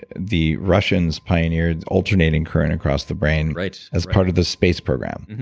the russians pioneered alternating current across the brain right. as part of the space program.